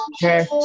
Okay